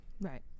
Right